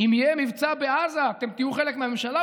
אם יהיה מבצע בעזה אתם תהיו חלק מהממשלה?